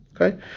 okay